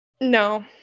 No